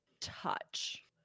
touch